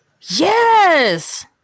Yes